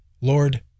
Lord